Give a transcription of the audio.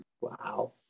Wow